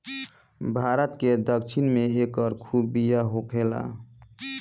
भारत के दक्षिण में एकर खूब खेती होखेला